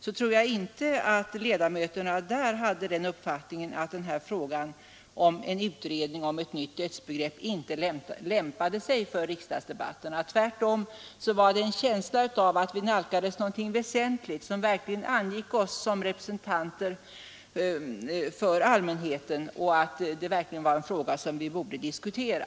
Jag tror inte att ledamöterna hade den uppfattningen att frågan om att utreda ett nytt dödsbegrepp inte lämpade sig för riksdagsdebatt. Tvärtom var det en känsla av att vi nalkades något väsentligt, något som verkligen angick oss som representanter för allmänheten och att det var en fråga som vi borde diskutera.